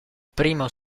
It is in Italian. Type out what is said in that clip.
primo